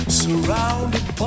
surrounded